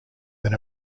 than